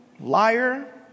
liar